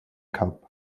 cub